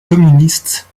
communiste